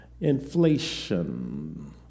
Inflation